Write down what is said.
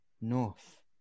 north